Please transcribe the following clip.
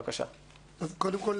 קודם כול,